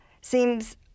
seems